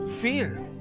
fear